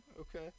Okay